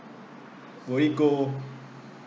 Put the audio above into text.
will it go